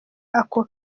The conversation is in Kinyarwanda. ako